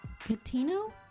Catino